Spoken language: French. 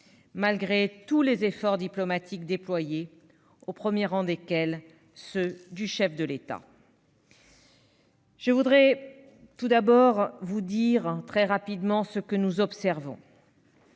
malgré tous les efforts diplomatiques déployés, au premier rang desquels ceux du chef de l'État. Tout d'abord, je tiens à vous indiquer très rapidement ce que nous observons.